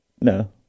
No